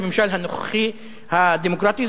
הממשל הנוכחי הדמוקרטי.